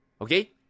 okay